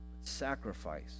sacrifice